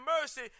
mercy